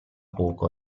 poco